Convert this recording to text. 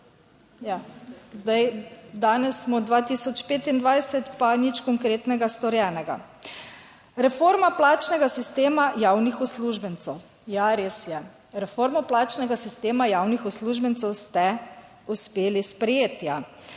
2024. Danes smo 2025, pa nič konkretnega storjenega. Reforma plačnega sistema javnih uslužbencev. Ja, res je, reformo plačnega sistema javnih uslužbencev ste uspeli sprejeti.